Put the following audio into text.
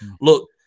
Look